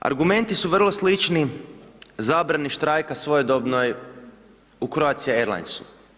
Argumenti su vrlo slični, zabrani štrajka svojedobnoj u Croatia Airlinesu.